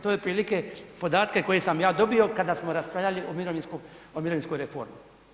To je otprilike podatke koje sam ja dobio kada smo raspravljali o mirovinskoj reformi.